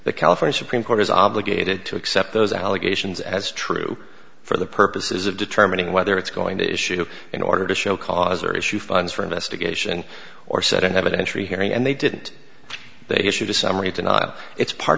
the california supreme court is obligated to accept those allegations as true for the purposes of determining whether it's going to issue an order to show cause or issue funds for investigation or set an evidentiary hearing and they didn't they issued a summary denial it's part